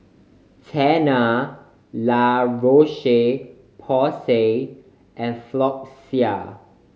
Tena La Roche Porsay and Floxia